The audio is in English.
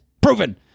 proven